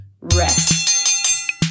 rest